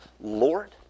Lord